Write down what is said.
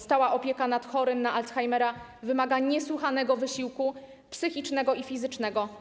Stała opieka nad chorym na Alzhaimera wymaga niesłychanego wysiłku psychicznego i fizycznego.